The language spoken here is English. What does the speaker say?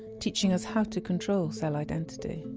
teaching us how to control cell identity.